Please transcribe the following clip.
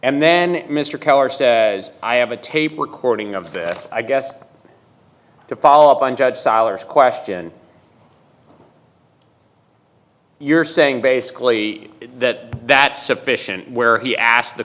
and then mr keller says i have a tape recording of this i guess to follow up on judge sollars question you're saying basically that that sufficient where he asked the